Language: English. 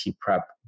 prep